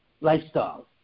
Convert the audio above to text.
lifestyle